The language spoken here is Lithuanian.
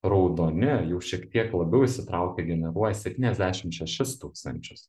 raudoni jau šiek tiek labiau įsitraukę generuoja septyniasdešim šešis tūkstančius